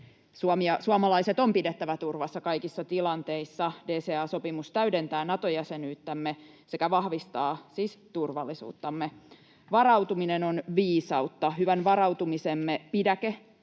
suomalaiset on pidettävä turvassa kaikissa tilanteissa. DCA-sopimus täydentää Nato-jäsenyyttämme sekä vahvistaa siis turvallisuuttamme. Varautuminen on viisautta, hyvän varautumisemme pidäke-